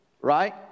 right